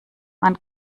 man